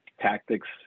tactics